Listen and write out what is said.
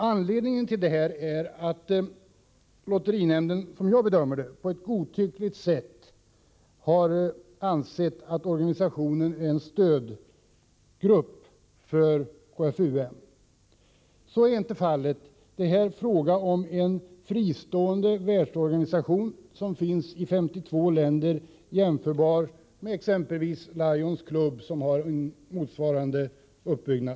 Anledningen är att lotterinämnden på — som jag bedömer det — godtycklig grund har ansett att organisationen är en stödgrupp för KFUM. Så är inte fallet. Det är fråga om en fristående världsorganisation, som finns i 52 länder och som är jämförbar med exempelvis Lions Club, som har en liknande uppbyggnad.